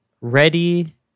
Ready